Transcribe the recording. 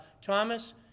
Thomas